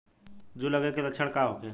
जूं लगे के का लक्षण का होखे?